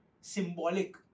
symbolic